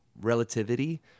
relativity